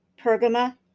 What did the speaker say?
Pergamum